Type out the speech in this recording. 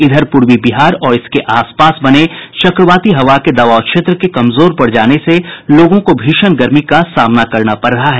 इधर पूर्वी बिहार और इसके आसपास बने चक्रवाती हवा के दवाब क्षेत्र के कमजोर पड़ जाने से लोगों को भीषण गर्मी का सामना करना पड़ रहा है